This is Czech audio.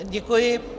Děkuji.